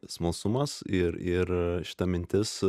smalsumas ir ir šita mintis